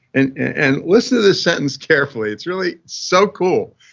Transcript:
and and listen to this sentence carefully. it's really so cool.